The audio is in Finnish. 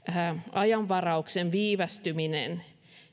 ajanvarauksen viivästyminen